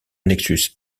nexus